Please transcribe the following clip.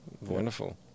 wonderful